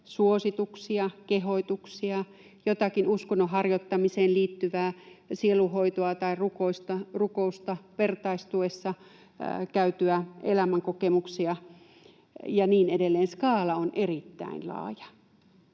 suosituksia, kehotuksia, jotakin uskonnon harjoittamiseen liittyvää sielunhoitoa tai rukousta, vertaistuessa käytyjä elämänkokemuksia ja niin edelleen? Skaala on erittäin laaja.